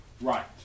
Right